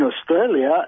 Australia